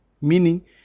Meaning